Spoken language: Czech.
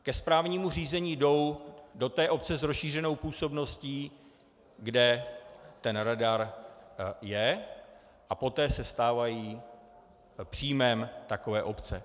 Ke správnímu řízení jdou do té obce s rozšířenou působností, kde ten radar je, a poté se stávají příjmem takové obce.